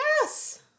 Yes